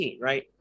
right